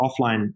offline